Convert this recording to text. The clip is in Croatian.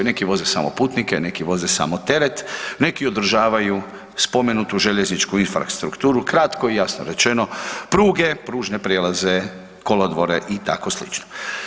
Neki voze samo putnike, neki voze samo teret, neki održavaju spomenutu željezničku infrastrukturu, kratko i jasno rečeno pruge, pružne prijelaze, kolodvore i tako slično.